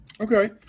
Okay